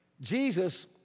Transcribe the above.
Jesus